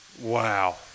Wow